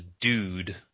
dude